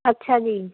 ਅੱਛਾ ਜੀ